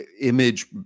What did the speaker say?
image